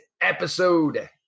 episode